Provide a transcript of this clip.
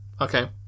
okay